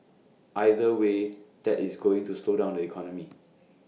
either way that is going to slow down the economy